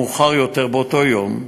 מאוחר יותר באותו יום,